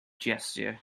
gesture